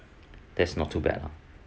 that's not too bad lah